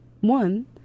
One